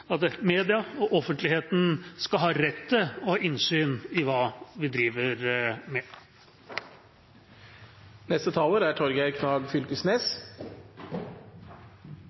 at media og offentligheten skal ha rett til å ha innsyn i hva vi driver